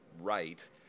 right